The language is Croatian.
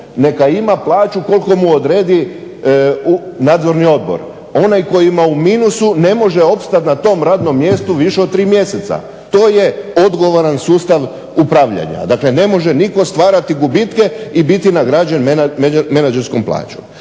neka ima plaću koliko mu odredi Nadzorni odbor. Onaj koji ima u minusu ne može opstati na tom radnom mjestu više od 3 mjeseca. To je odgovoran sustav upravljanja. Dakle, ne može nitko stvarati gubitke i biti nagrađen menadžerskom plaćom.